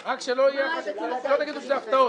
גפני, רק אל תגידו שזה הפתעות.